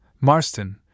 Marston